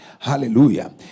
hallelujah